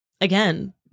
Again